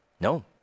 No